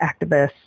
activists